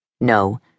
No